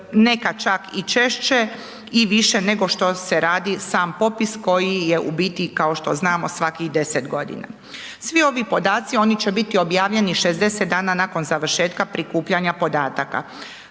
nekad čak i češće i više nego se radi sam popis koji je u biti kao što znamo svakih 10 godina. Svi ovi podaci oni će biti objavljeni 60 dana nakon završetka prikupljanja podataka.